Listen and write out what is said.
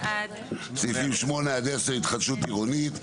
סעיפים 8-10 התחדשות עירונית,